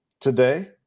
today